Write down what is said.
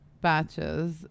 batches